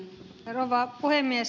rouva puhemies